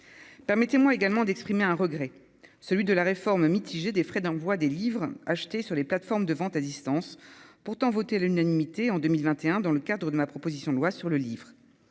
permettez-moi également d'exprimer un regret, celui de la réforme mitigée des frais d'envoi des livres achetés sur les plateformes de vente à distance, pourtant voté à l'unanimité en 2021, dans le cadre de ma proposition de loi sur le livre,